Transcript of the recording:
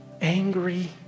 angry